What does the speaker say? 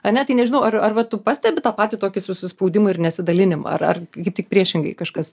ane tai nežinau ar ar va tu pastebi tą patį tokį susispaudimą ir nesidalinimą ar ar kaip tik priešingai kažkas